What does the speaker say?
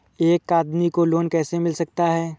एक आदमी को लोन कैसे मिल सकता है?